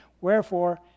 Wherefore